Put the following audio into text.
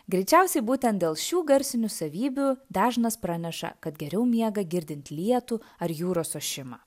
greičiausiai būtent dėl šių garsinių savybių dažnas praneša kad geriau miega girdint lietų ar jūros ošimą